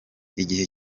igihe